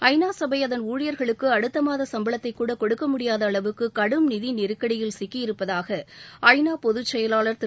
ஐநா சபை அதன் ஊழியர்களுக்கு அடுத்த மாத சம்பளத்தைக்கூட கொடுக்க முடியாத அளவுக்கு கடும் நிதி நெருக்கடியில் சிக்கியிருப்பதாக ஐநா பொதுச் செயலாளர் திரு